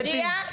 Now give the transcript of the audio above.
הוא הגיע?